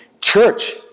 Church